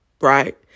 right